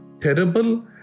terrible